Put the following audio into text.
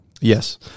Yes